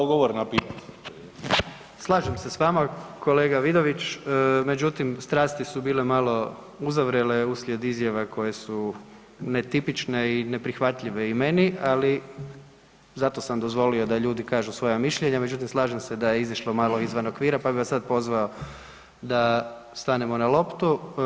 Slažem se s vama, kolega Vidović, međutim, strasti su bile malo uzavrele uslijed izjava koje su netipične i neprihvatljive i meni, ali zato sam dozvolio da ljudi kažu svoja mišljenja međutim slažem se da je izašlo malo izvan okvira pa bi vas sad pozvao da stanemo na loptu.